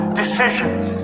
decisions